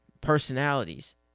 personalities